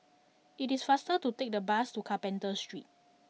it is faster to take the bus to Carpenter Street